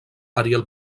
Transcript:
ariel